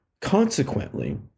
Consequently